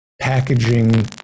packaging